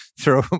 throw